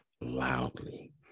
loudly